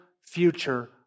future